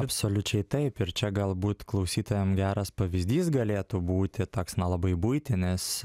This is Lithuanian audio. absoliučiai taip ir čia galbūt klausytojam geras pavyzdys galėtų būti toks na labai buitinis